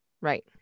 Right